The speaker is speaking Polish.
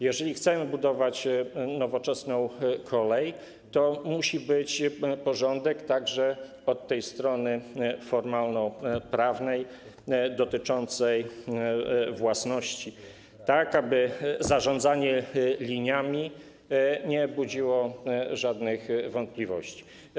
Jeżeli chcemy budować nowoczesną kolej, to musi być porządek także od strony formalnoprawnej dotyczącej własności, tak aby zarządzanie liniami nie budziło żadnych wątpliwości.